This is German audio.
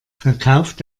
verkauft